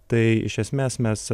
tai iš esmės mes